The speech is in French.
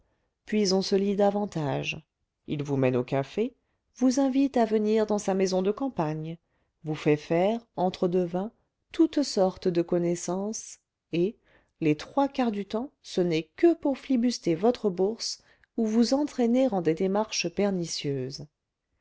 puis on se lie davantage il vous mène au café vous invite à venir dans sa maison de campagne vous fait faire entre deux vins toutes sortes de connaissances et les trois quarts du temps ce n'est que pour flibuster votre bourse ou vous entraîner en des démarches pernicieuses